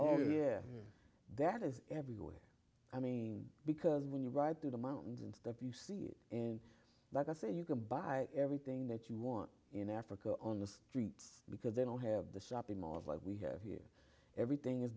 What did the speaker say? here that is everywhere i mean because when you ride through the mountains and that you see in like i say you can buy everything that you want in africa on the streets because they don't have the shopping malls like we have here everything is